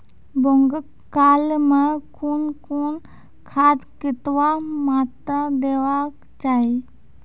बौगक काल मे कून कून खाद केतबा मात्राम देबाक चाही?